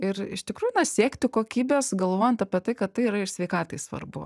ir iš tikrųjų na siekti kokybės galvojant apie tai kad tai yra ir sveikatai svarbu